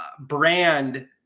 brand